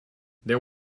there